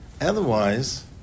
otherwise